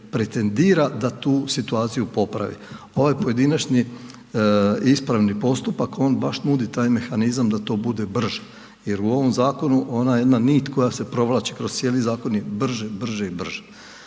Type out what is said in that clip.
pretendira tu situaciju popravi. Ovaj pojedinačni ispravni postupak, on baš nudi taj mehanizam da to bude brže jer u ovom zakonu, ona jedna nit koja se provlači kroz cijeli zakon je brže, brže i brže.